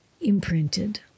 imprinted